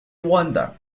wonder